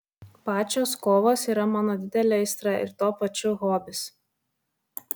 pačios kovos yra mano didelė aistra ir tuo pačiu hobis